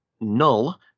null